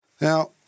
Now